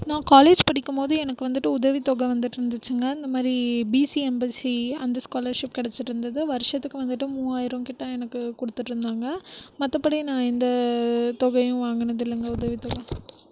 நான் காலேஜ் படிக்கும்போது எனக்கு வந்துட்டு உதவி தொகை வந்துட்டு இருந்துச்சினா இந்தமாதிரி பிசி எம்பிசி அந்த காலர்ஷிப் கிடச்சிட்டு இருந்துது வருஷத்துக்கு வந்துட்டு மூவாயிரம் கிட்ட எனக்கு கொடுத்துட்டு இருந்தாங்க மற்றப்படி நான் எந்த தொகையும் வாங்குனது இல்லைங்க உதவி தொகை